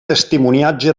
testimoniatge